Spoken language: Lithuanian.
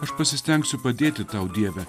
aš pasistengsiu padėti tau dieve